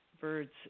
birds